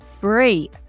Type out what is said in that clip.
free